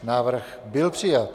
Návrh byl přijat.